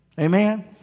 amen